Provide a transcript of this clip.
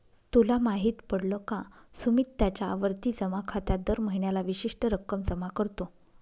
तुला माहित पडल का? सुमित त्याच्या आवर्ती जमा खात्यात दर महीन्याला विशिष्ट रक्कम जमा करतो